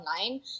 online